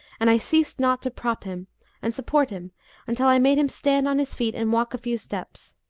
and i ceased not to prop him and support him until i made him stand on his feet and walk a few steps,